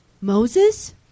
Moses